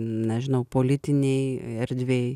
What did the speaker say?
nežinau politinėj erdvėj